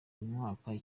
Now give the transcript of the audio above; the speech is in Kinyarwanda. mwaka